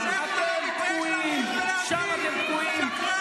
אתה עושה פוליטיקה בזמן מלחמה.